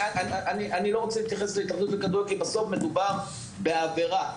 אני לא רוצה להתייחס להתאחדות לכדורגל כי בסוף מדובר בעבירה פלילית.